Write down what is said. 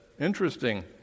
interesting